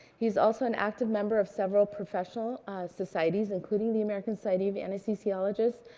he is also an active member of several professional societies, including the american society of anesthesiologists,